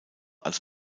als